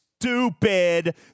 stupid